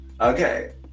Okay